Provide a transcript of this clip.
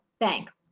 Thanks